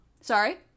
Sorry